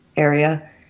Area